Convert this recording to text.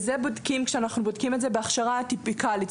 אנחנו בודקים את זה בהכשרה טיפיקלית,